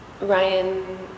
Ryan